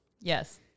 Yes